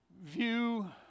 view